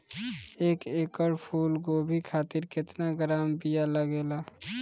एक एकड़ फूल गोभी खातिर केतना ग्राम बीया लागेला?